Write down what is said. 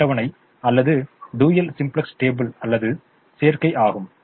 அட்டவணை அல்லது dual simplex table அல்லது சேர்க்கை ஆகும்